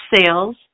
sales